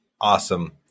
awesome